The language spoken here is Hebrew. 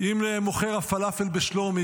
אם למוכר הפלאפל בשלומי,